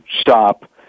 stop